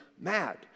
mad